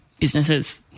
Businesses